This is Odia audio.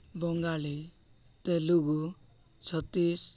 ବଙ୍ଗାଳୀ ତେଲୁଗୁ ଛତିଶ